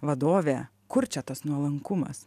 vadovė kur čia tas nuolankumas